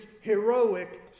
heroic